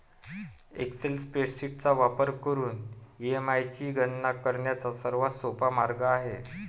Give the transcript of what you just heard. Excel spreadsheet चा वापर करून ई.एम.आय ची गणना करण्याचा सर्वात सोपा मार्ग आहे